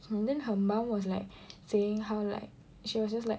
then her mum was like saying how like she was just like